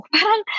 Parang